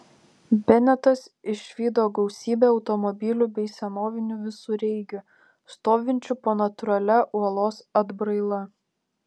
benetas išvydo gausybę automobilių bei senovinių visureigių stovinčių po natūralia uolos atbraila